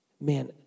Man